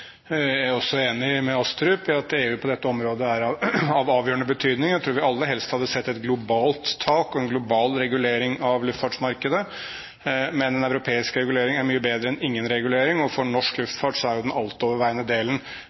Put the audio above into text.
er også enig med Astrup i at EU på dette området er av avgjørende betydning. Jeg tror vi alle helst hadde sett et globalt tak og en global regulering av luftfartsmarkedet. Men en europeisk regulering er mye bedre enn ingen regulering, og når det gjelder norsk luftfart, foregår jo den altoverveiende delen